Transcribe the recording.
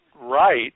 right